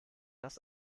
das